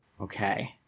Okay